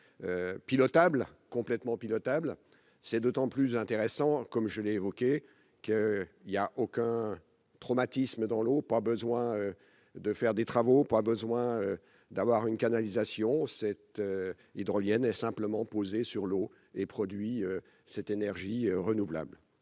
NRJ pilotable complètement pilotable c'est d'autant plus intéressant comme je l'ai évoqué qu'il y a aucun traumatisme dans l'eau, pas besoin de faire des travaux, pas besoin d'avoir une canalisation cette hydrolienne est simplement posée sur l'eau et produits cette énergie renouvelable.